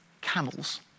camels